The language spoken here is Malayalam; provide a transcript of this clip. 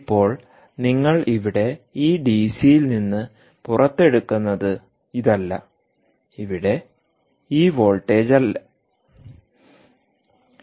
ഇപ്പോൾ നിങ്ങൾ ഇവിടെ ഈ ഡിസിയിൽ നിന്ന് പുറത്തെടുക്കുന്നത് ഇതല്ല ഇവിടെ ഈ വോൾട്ടേജ് ഇല്ല